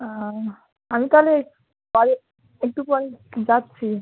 ও আমি তাহলে এক পরে একটু পরে যাচ্ছি